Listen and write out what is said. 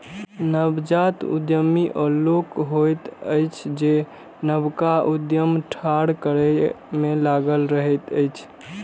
नवजात उद्यमी ओ लोक होइत अछि जे नवका उद्यम ठाढ़ करै मे लागल रहैत अछि